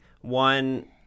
one